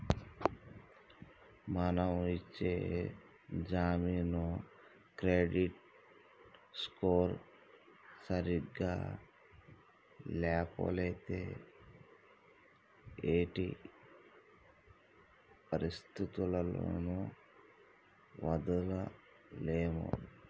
మనం ఇచ్చే జామీను క్రెడిట్ స్కోర్ సరిగ్గా ల్యాపోతే ఎట్టి పరిస్థతుల్లోను వదలలేము